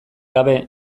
gabe